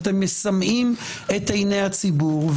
מסמאים את עיני הציבור.